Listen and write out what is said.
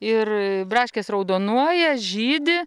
ir braškės raudonuoja žydi